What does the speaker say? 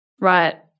Right